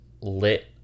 lit